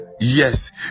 Yes